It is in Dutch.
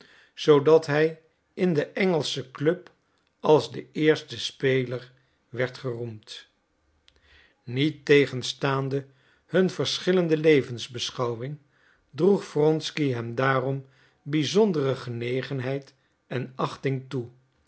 zoodat hij in de engelsche club als de eerste speler werd geroemd niettegenstaande hun verschillende levensbeschouwing droeg wronsky hem daarom bizondere genegenheid en achting toe